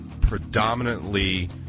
predominantly